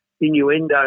innuendo